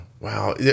Wow